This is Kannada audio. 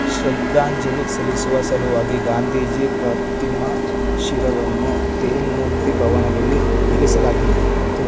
ಶ್ರದ್ಧಾಂಜಲಿ ಸಲ್ಲಿಸುವ ಸಲುವಾಗಿ ಗಾಂಧೀಜಿ ಪಾರ್ಥೀವ ಶಿರವನ್ನು ತೀನ್ ಮೂರ್ತಿ ಭವನದಲ್ಲಿ ಇರಿಸಲಾಗಿತ್ತು